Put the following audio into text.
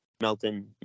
Melton